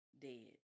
dead